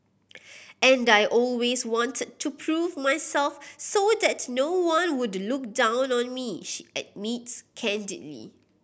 and I always wanted to prove myself so that no one would look down on me she admits candidly